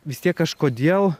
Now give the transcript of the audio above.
vis tiek kažkodėl